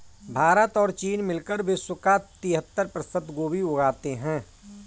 भारत और चीन मिलकर विश्व का तिहत्तर प्रतिशत गोभी उगाते हैं